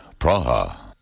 Praha